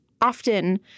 often